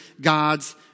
God's